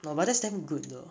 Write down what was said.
no but that's damn good though